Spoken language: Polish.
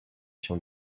się